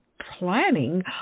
planning